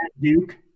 Duke